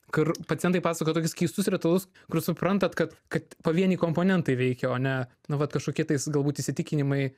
kur pacientai pasakojo keistus ritualus kur suprantat kad kad pavieniai komponentai veikia o ne nu vat kažkokie tai galbūt įsitikinimai